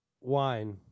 Wine